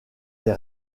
des